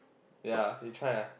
ya you try lah